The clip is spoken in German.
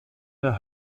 der